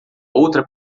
outra